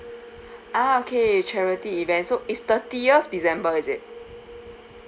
ah okay charity event so is thirtieth december is it